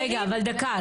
רגע, אבל דקה.